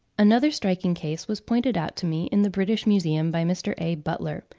another striking case was pointed out to me in the british museum by mr. a. butler,